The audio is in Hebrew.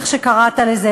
כמו שקראת לזה,